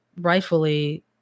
rightfully